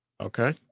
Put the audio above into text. Okay